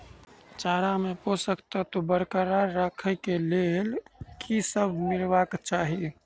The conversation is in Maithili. चारा मे पोसक तत्व बरकरार राखै लेल की सब मिलेबाक चाहि?